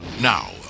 Now